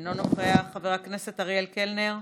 אינו נוכח, חבר הכנסת אריאל קלנר,